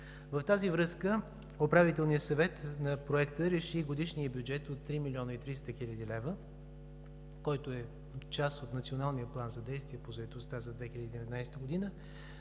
В тази връзка Управителният съвет на Проекта реши годишният бюджет от 3 млн. 300 хил. лв., който е част от Националния план за действие по заетостта за 2019 г.